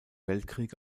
weltkrieg